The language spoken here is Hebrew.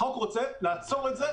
החוק רוצה לעצור את זה,